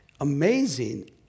amazing